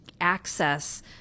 access